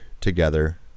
together